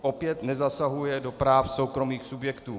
Opět nezasahuje do práv soukromých subjektů.